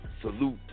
Salute